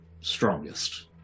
strongest